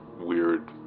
weird